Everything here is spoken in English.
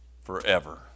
forever